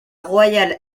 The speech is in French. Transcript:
royal